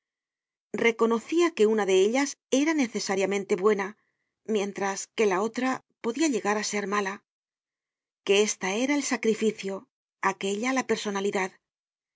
reconocia que una de ellas era necesariamente buena mientras que la otra podia llegar á ser mala que ésta era el sacrificio aquella la personalidad